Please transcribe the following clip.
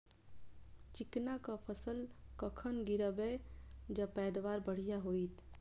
चिकना कऽ फसल कखन गिरैब जँ पैदावार बढ़िया होइत?